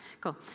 cool